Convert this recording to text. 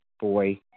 boy